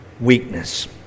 weakness